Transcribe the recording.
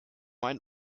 ein